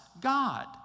God